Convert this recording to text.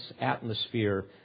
atmosphere